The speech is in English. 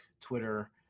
twitter